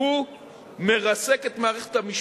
הוא מרסק את מערכת המשפט,